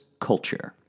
Culture